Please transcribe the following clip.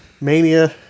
Mania